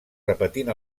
repetint